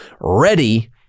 ready